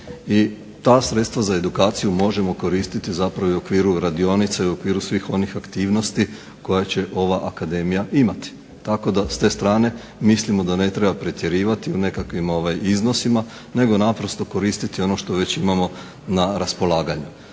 ta sredstva za edukaciju možemo koristiti i u okviru radionica i u okviru svih onih aktivnosti koje će ova akademija imati. Tako da s te strane mislimo da ne treba pretjerivati u nekakvim iznosima, nego naprosto koristiti već ono što imamo na raspolaganju.